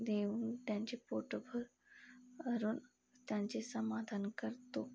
देऊन त्यांचे पोटभर भरून त्यांचे समाधान करतो